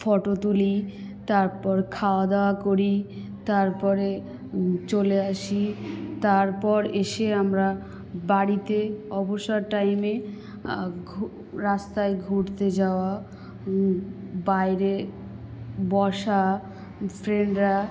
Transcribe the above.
photo তুলি তারপর খাওয়া দাওয়া করি তারপরে চলে আসি তারপর এসে আমরা বাড়িতে অবসর টাইমে ঘু রাস্তায় ঘুরতে যাওয়া বাইরে বসা ফ্রেন্ডরা